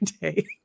day